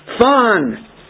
Fun